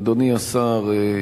אדוני השר,